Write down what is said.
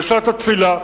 בשעת התפילה,